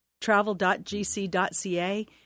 Travel.gc.ca